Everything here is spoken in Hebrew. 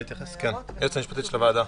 היועצת המשפטית של הוועדה.